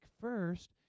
first